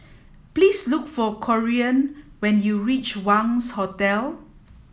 please look for Corean when you reach Wangz Hotel